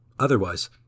Otherwise